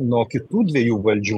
nuo kitų dviejų valdžių